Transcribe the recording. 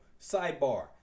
Sidebar